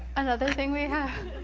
another thing we